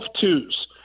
twos